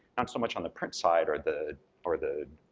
not so much on the print side or the or the